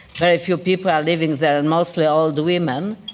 very few people are living there, and mostly old women,